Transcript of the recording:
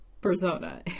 persona